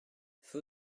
feu